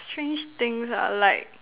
strange things ah like